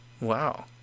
wow